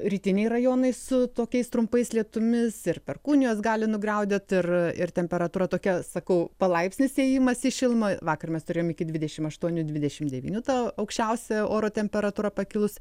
rytiniai rajonai su tokiais trumpais lietumis ir perkūnijos gali nugriaudėt ir ir temperatūra tokia sakau palaipsnis ėjimas į šilumą vakar mes turėjom iki dvidešim aštuonių dvidešim devynių ta aukščiausia oro temperatūra pakilus